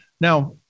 Now